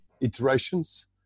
iterations